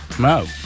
No